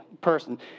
person